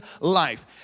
life